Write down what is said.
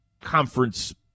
conference